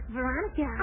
Veronica